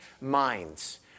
minds